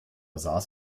saß